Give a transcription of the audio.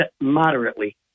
moderately